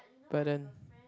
burden